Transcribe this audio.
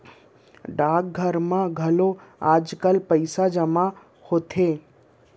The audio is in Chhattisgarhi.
डाकघर म घलौ आजकाल पइसा जमा होथे